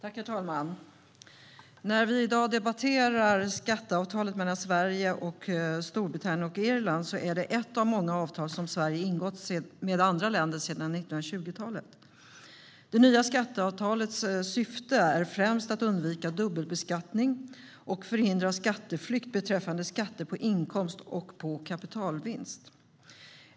Herr talman! När vi i dag debatterar skatteavtalet mellan Sverige och Storbritannien och Nordirland är det ett av många avtal som Sverige ingått med andra länder sedan 1920-talet. Det nya skatteavtalets syfte är främst att undvika dubbelbeskattning och förhindra skatteflykt beträffande skatter på inkomst och på kapitalvinst.